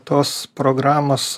tos programos